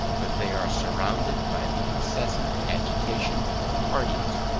but they are surrounded by the incessant agitation of parties,